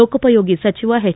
ಲೋಕೋಪಯೋಗಿ ಸಚಿವ ಎಚ್